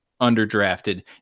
underdrafted